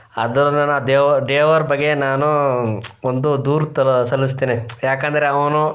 ಅದು ನಾನು ಆ ದೇವರ್ ಡೇವರ್ ಬಗ್ಗೆ ನಾನು ಒಂದು ದೂರು ಥರ ಸಲ್ಲಿಸ್ತೇನೆ ಏಕಂದ್ರೆ ಅವನು